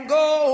go